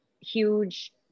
huge